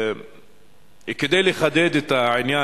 כדי לחדד את העניין,